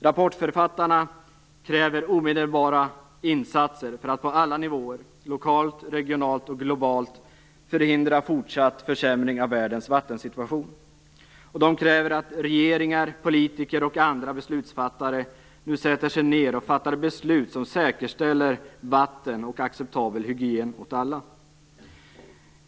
Rapportförfattarna kräver omedelbara insatser för att på alla nivåer, lokalt, regionalt och globalt förhindra fortsatt försämring av världens vattensituation. De kräver att regeringar, politiker och andra beslutsfattare nu sätter sig ned och fattar beslut som säkerställer vatten och acceptabel hygien åt alla.